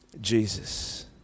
Jesus